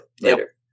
later